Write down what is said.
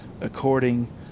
according